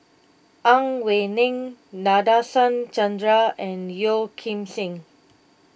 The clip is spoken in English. Ang Wei Neng Nadasen Chandra and Yeo Kim Seng